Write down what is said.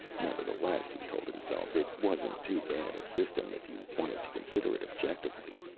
nevertheless, he told himself, it wasn't too bad a system if you wanted to consider it objectively.